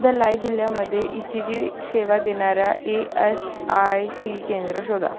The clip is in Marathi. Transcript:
धलाई जिल्ह्यामध्ये ई सी जी सेवा देणाऱ्या ई एस आय सी केंद्रं शोधा